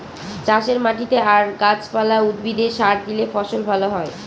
চাষের মাটিতে আর গাছ পালা, উদ্ভিদে সার দিলে ফসল ভালো হয়